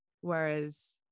Whereas